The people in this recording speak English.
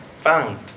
Found